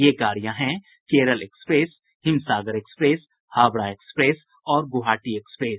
ये गाड़ियां हैं Kerala express Himsagar express Howrah express और गुवाहाटी एक्सप्रेस